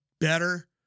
better